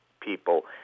people